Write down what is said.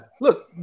Look